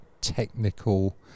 technical